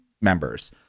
members